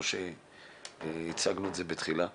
כפי שהצגנו בתחילת הדיון.